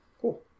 Cool